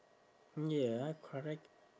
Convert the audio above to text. mm ya correct